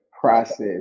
process